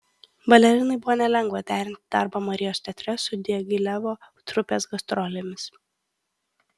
balerinai buvo nelengva derinti darbą marijos teatre su diagilevo trupės gastrolėmis